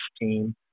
team